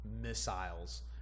missiles